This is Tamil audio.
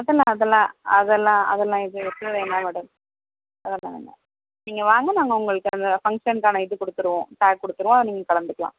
அதெல்லாம் அதெல்லாம் அதெல்லாம் அதெல்லாம் எதுவும் எதுவும் வேணாம் மேடம் அதெல்லாம் வேண்டாம் நீங்கள் வாங்க நாங்கள் உங்களுக்கு அந்த ஃபங்க்ஷனுக்கான இது கொடுத்துருவோம் பேட்ஜ் கொடுத்துருவோம் நீங்கள் கலந்துக்கலாம்